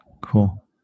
Cool